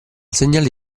segnale